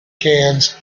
cans